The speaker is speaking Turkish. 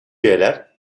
üyeler